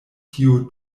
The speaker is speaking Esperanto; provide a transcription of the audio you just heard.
tiu